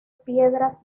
piedras